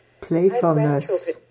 Playfulness